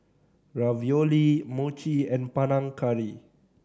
Ravioli Mochi and Panang Curry